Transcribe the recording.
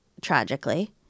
tragically